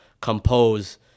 Compose